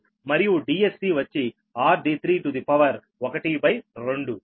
Dsb వచ్చి r d2 to the power 1 by 2 మరియు Dsc వచ్చి r d3 to the power 1 by 2